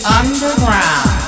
underground